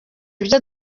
ibyo